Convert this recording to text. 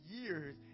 years